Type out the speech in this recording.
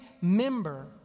member